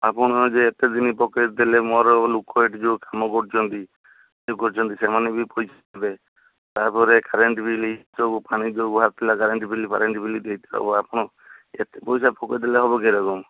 ଆପଣ ଆଜି ଏତେଦିନ ପକାଇଦେଲେ ମୋର ଲୁକ ଏଇଠି ଯେଉଁ କାମ କରୁଛନ୍ତି ଇଏ କରୁଛନ୍ତି ସେମାନଙ୍କୁ ବି ପଇସା ଦେ ତାପରେ କାରେଣ୍ଟ ବିଲ୍ ଯେଉଁପାଣି ଯେଉଁ ବାହାରିଥିଲା କାରେଣ୍ଟ ବିଲ୍ ଫାରେଣ୍ଟ ବିଲ୍ ଆପଣ ଏତେ ପଇସା ପକେଇଦେଲେ ହବ ଏରକମ